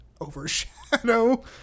overshadow